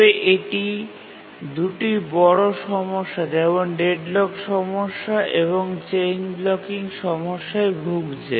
তবে এটি দুটি বড় সমস্যা যেমন ডেডলক সমস্যা এবং চেইন ব্লকিং সমস্যায় ভুগছে